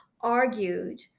argued